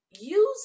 Use